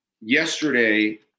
yesterday